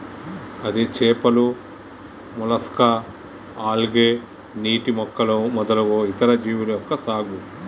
ఇది చేపలు, మొలస్కా, ఆల్గే, నీటి మొక్కలు మొదలగు ఇతర జీవుల యొక్క సాగు